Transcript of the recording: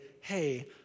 hey